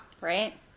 Right